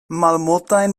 malmultajn